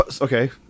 okay